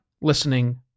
listening